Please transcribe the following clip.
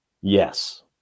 Yes